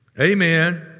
Amen